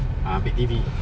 ah ambil T_V